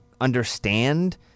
understand